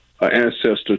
ancestor